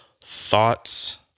Thoughts